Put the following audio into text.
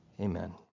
Amen